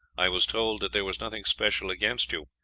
i was told that there was nothing special against you,